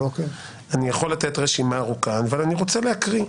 אני יכול לתת רשימה ארוכה, אבל אני רוצה להקריא: